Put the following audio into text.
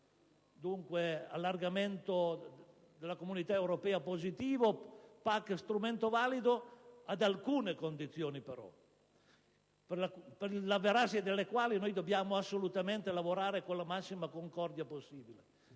Dunque, allargamento della Comunità europea positivo e PAC strumento valido, ma ad alcune condizioni, però, per l'avverarsi delle quali dobbiamo lavorare con la massima concordia possibile.